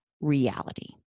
reality